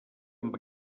amb